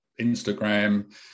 instagram